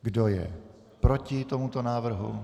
Kdo je proti tomuto návrhu?